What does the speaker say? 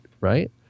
right